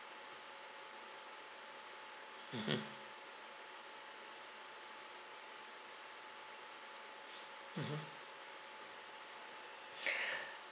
mmhmm mmhmm